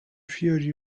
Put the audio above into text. fiori